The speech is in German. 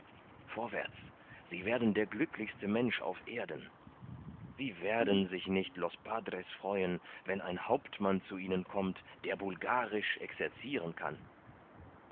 vorwärts sie werden der glücklichste mensch auf erden wie werden sich nicht los padres freuen wenn ein hauptmann zu ihnen kommt der bulgarisch exerciren kann